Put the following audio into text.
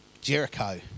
Jericho